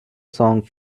song